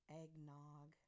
eggnog